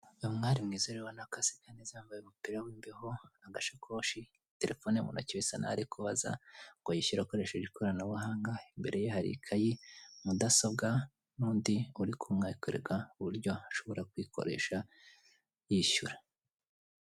Umwari mwiza ubona ko aseka neza yambaye umupira w'imbeho, agashakoshi, telefone mu ntoki bisa naho ari kubaza ngo yishyure akoresheje ikoranabuhanga, imbere ye hari; ikayi, mudasobwa, n'undi uri kumwereka uburyo ashobora kuyikoresha yishyura.